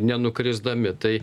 nenukrisdami tai